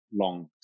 long